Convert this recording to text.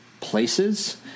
places